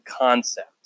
concept